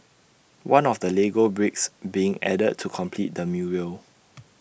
one of the Lego bricks being added to complete the mural